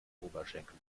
oberschenkel